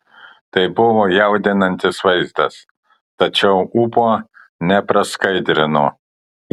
tai buvo jaudinantis vaizdas tačiau ūpo nepraskaidrino